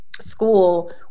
School